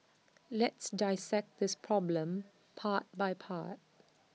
let's dissect this problem part by part